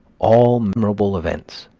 all memorable events,